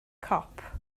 cop